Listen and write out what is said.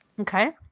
Okay